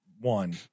one